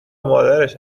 مادرش